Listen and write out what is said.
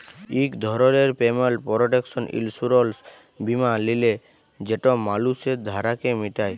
ইক ধরলের payment protection insurance বীমা লিলে যেট মালুসের ধারকে মিটায়